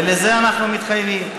ולזה אנחנו מתחייבים.